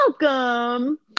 Welcome